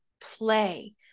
Play